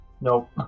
Nope